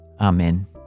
Amen